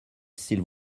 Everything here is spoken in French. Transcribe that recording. s’il